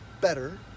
better